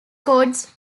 codes